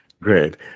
Great